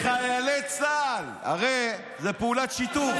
לחיילי צה"ל, הרי זו פעולת שיטור,